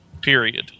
Period